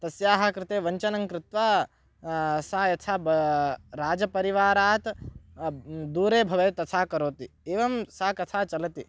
तस्याः कृते वञ्चनं कृत्वा सा यथा बा राजपरिवारात् दूरे भवेत् तथा करोति एवं सा कथा चलति